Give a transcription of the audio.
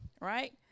right